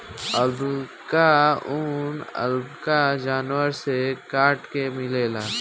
alpaca ऊन, alpaca जानवर से काट के मिलेला